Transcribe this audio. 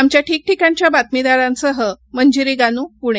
आमच्या ठीकठिकाणच्या बातमीदारांसह मंजिरी गानू पुणे